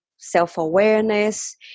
self-awareness